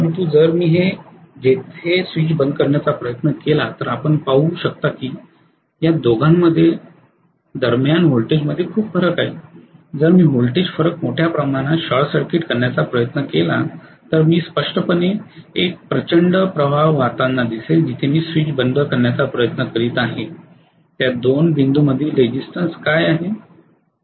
परंतु जर मी येथे स्विच बंद करण्याचा प्रयत्न केला तर आपण पाहू शकता की या दोघांमध्ये दरम्यान व्होल्टेजमध्ये खूप फरक आहे जर मी व्होल्टेज फरक मोठ्या प्रमाणात शॉर्ट सर्किट करण्याचा प्रयत्न केला तर मी स्पष्टपणे एक प्रचंड प्रवाह वाहताना दिसेल जिथे मी स्विच बंद करण्याचा प्रयत्न करीत आहे त्या 2 बिंदूंमधील रेझिसटन्स काय आहे